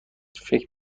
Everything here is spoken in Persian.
فکر